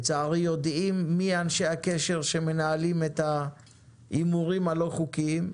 לצערי יודעים מי אנשי הקשר שמנהלים את ההימורים הלא חוקיים.